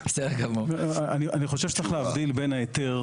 אני חושב שצריך להבדיל בין ההיתר,